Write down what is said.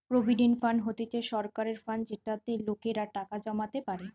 provident fund হতিছে সরকারের fund যেটাতে লোকেরা টাকা জমাতে পারে